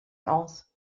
aus